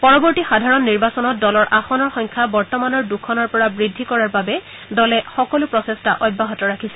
পৰৱৰ্তী সাধাৰাণ নিৰ্বাচনত দলৰ আসনৰ সংখ্যা বৰ্তমানৰ দুখনৰ পৰা বৃদ্ধি কৰাৰ বাবে দলে সকলো প্ৰচেষ্টা অব্যাহত ৰাখিছে